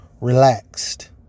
relaxed